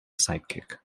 sidekick